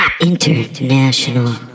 INTERNATIONAL